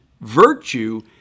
virtue